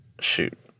shoot